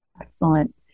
Excellent